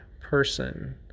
person